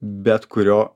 bet kurio